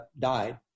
died